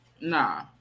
Nah